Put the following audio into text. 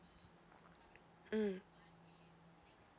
mm